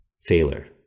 failure